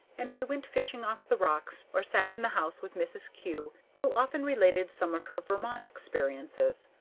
and we went fishing off the rocks or sat in the house with mrs. kew, who often related some of her vermont experiences,